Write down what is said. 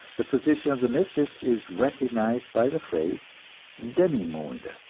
the position of the mistress is recognized by the phrase demi-monde,